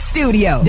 Studio